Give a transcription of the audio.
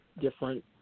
different